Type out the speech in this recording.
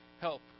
help